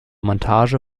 montage